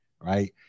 right